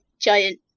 giant